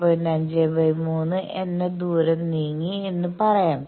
5 3 എന്ന ദൂരം നീങ്ങി എന്ന് പറയാം